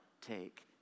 take